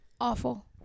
Awful